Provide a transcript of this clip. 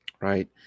right